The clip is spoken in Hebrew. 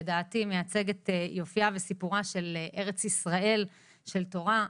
לדעתי מייצגת את יופייה ואת סיפורה של ארץ ישראל של תורה,